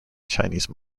chinese